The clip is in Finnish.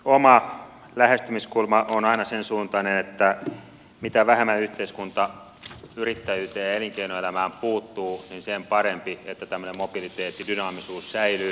oma lähestymiskulmani on aina sensuuntainen että mitä vähemmän yhteiskunta yrittäjyyteen ja elinkeinoelämään puuttuu sen parempi että tämmöinen mobiliteetti dynaamisuus säilyy